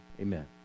amen